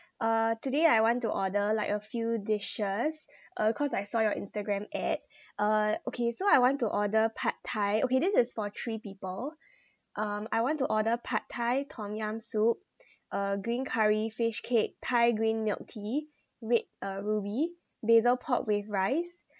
uh today I want to order like a few dishes uh cause I saw your instagram ad uh okay so I want to order pad thai okay this is for three people um I want to order pad thai tom yum soup uh green curry fish cake thai green milk tea red uh ruby basil pork with rice